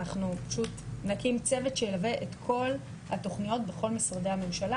אנחנו פשוט נקים צוות שילווה את כל התכניות בכל משרדי הממשלה